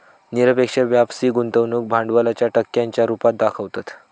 निरपेक्ष वापसी गुंतवणूक भांडवलाच्या टक्क्यांच्या रुपात दाखवतत